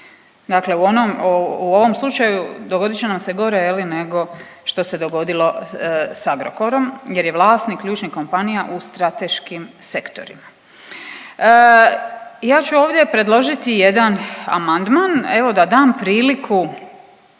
onom, u ovom slučaju, dogodit će nam se gore nego što se dogodilo s Agrokorom jer je vlasnik ključnih kompanija u strateškim sektorima. Ja ću ovdje predložiti jedan amandman, evo, da dam priliku